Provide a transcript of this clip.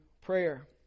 prayer